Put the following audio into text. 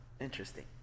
Interesting